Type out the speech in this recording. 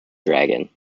dragon